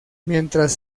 mientras